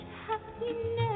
happiness